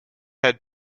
had